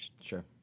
Sure